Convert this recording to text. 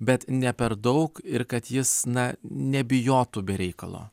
bet ne per daug ir kad jis na nebijotų be reikalo